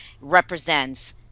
represents